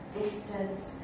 distance